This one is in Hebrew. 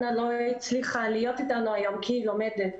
אנה האימא לא הצליחה להיות איתנו היום כי היא לומדת.